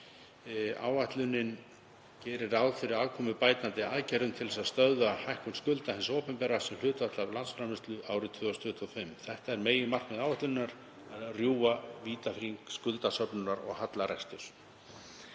Áætlunin gerir ráð fyrir afkomubætandi aðgerðum til þess að stöðva hækkun skulda hins opinbera sem hlutfalls af vergri landsframleiðslu árið 2025. Þetta er meginmarkmið áætlunarinnar, að rjúfa vítahring skuldasöfnunar og hallareksturs